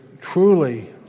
truly